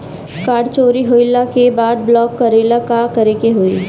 Card चोरी होइला के बाद ब्लॉक करेला का करे के होई?